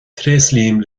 tréaslaím